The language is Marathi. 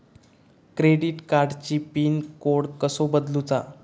क्रेडिट कार्डची पिन कोड कसो बदलुचा?